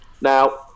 Now